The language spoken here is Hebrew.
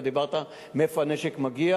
אתה דיברת על מאיפה מגיע הנשק,